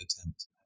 attempt